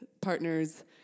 partners